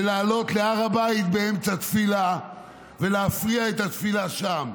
ולעלות להר הבית באמצע תפילה ולהפריע לתפילה שם.